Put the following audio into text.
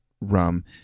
rum